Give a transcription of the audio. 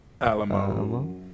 Alamo